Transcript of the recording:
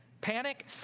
Panic